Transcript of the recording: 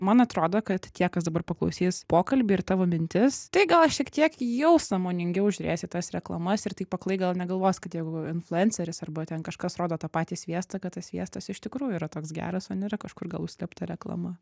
man atrodo kad tie kas dabar paklausys pokalbį ir tavo mintis tai gal šiektiek jau sąmoningiau žiūrėti į tas reklamas ir taip aklai gal negalvos kad jeigu influenceris arba ten kažkas rodo tą patį sviestą kad tas sviestas iš tikrųjų yra toks geras o nėra kažkur gal užslėpta reklama